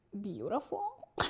beautiful